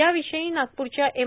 या विषयी नागपूरच्या एम